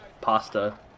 pasta